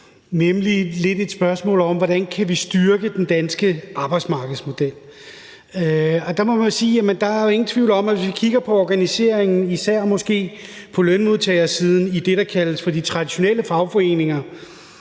nemlig spørgsmålet om, hvordan vi kan styrke den danske arbejdsmarkedsmodel. Og der må man sige, at der ikke er nogen tvivl om, at hvis vi kigger på organiseringen, måske især på lønmodtagersiden, i det, der kaldes for de traditionelle fagforeninger,